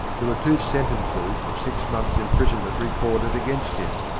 there were two sentences of six months' imprisonment recorded against him,